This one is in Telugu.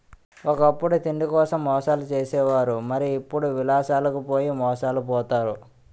ఒకప్పుడు తిండికోసం మోసాలు చేసే వారు మరి ఇప్పుడు విలాసాలకు పోయి మోసాలు పోతారు